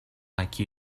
like